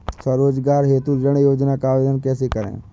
स्वरोजगार हेतु ऋण योजना का आवेदन कैसे करें?